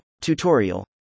Tutorial